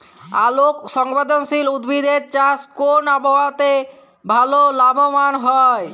আলোক সংবেদশীল উদ্ভিদ এর চাষ কোন আবহাওয়াতে ভাল লাভবান হয়?